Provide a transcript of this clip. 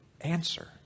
Answer